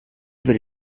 würde